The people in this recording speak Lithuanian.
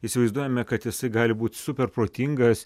įsivaizduojame kad jisai gali būt super protingas